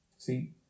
See